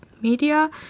media